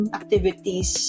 activities